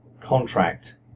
contract